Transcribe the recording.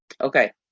okay